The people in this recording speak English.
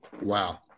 Wow